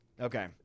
Okay